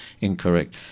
incorrect